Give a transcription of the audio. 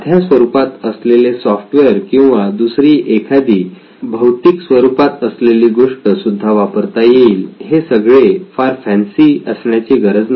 साध्या स्वरूपात असलेले सॉफ्टवेअर किंवा दुसरी एखादी भौतिक स्वरूपात असलेली गोष्ट सुद्धा वापरता येईल हे सगळे फार फॅन्सी असण्याची गरज नाही